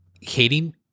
hating